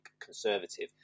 conservative